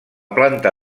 planta